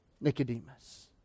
Nicodemus